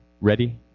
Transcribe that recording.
ready